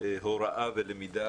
הוראה ולמידה